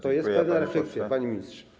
To jest pewna refleksja, panie ministrze.